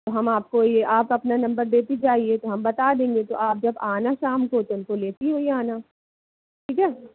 तो हम आपको ये आप अपना ये नंबर देती जाइए तो हम बता देंगे तो आप जब आना शाम को तो उनको लेती हुईं आना ठीक है